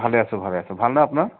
ভালে আছোঁ ভালে আছোঁ ভাল ন আপোনাৰ